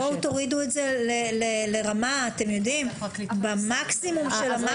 תורידו את זה לרמה המקסימום של המקסימום?